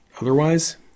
Otherwise